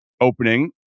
opening